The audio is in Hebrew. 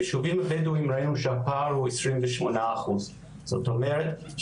ביישובים הבדואים ראינו שהפער הוא 28%. זאת אומרת,